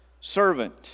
servant